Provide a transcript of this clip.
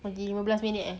lagi lima belas minit eh